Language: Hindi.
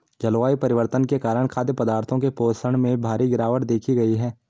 जलवायु परिवर्तन के कारण खाद्य पदार्थों के पोषण में भारी गिरवाट देखी गयी है